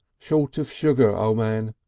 short of sugar, o' man,